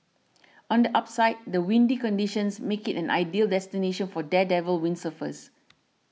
on the upside the windy conditions make it an ideal destination for daredevil windsurfers